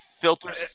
filter